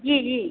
जी जी